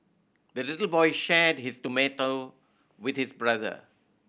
the little boy shared his tomato with his brother